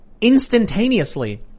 instantaneously